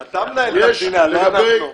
אתה מנהל את המדינה, לא אנחנו.